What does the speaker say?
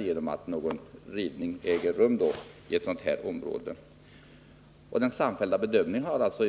Regeringens och utskottets samfällda bedömning har alltså